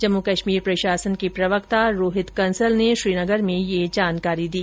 जम्मू कश्मीर प्रशासन के प्रवक्ता रोहित कंसल ने श्रीनगर में यह जानकारी दी